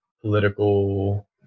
political